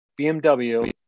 bmw